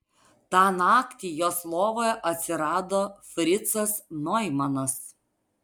tą naktį jos lovoje atsirado fricas noimanas